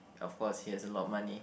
of course he has a lot of money